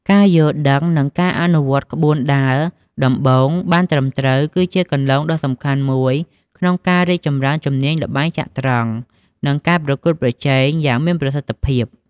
ការយល់ដឹង និងអនុវត្តក្បួនដើរដំបូងបានត្រឹមត្រូវ គឺជាគន្លងដ៏សំខាន់មួយក្នុងការរីកចម្រើនជំនាញល្បែងចត្រង្គ និងការប្រកួតប្រជែងយ៉ាងមានប្រសិទ្ធភាព។